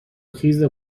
خیز